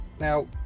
Now